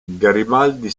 garibaldi